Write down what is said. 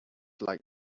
like